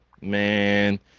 Man